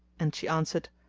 and she answered,